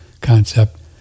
concept